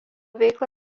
veiklą